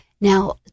Now